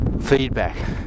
feedback